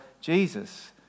Jesus